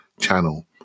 channel